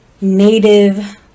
native